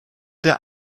der